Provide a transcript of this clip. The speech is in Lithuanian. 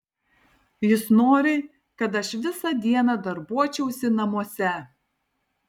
jis nori kad aš visą dieną darbuočiausi namuose